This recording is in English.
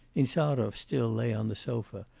insarov still lay on the sofa,